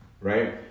right